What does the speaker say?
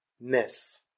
Myth